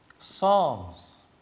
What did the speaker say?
Psalms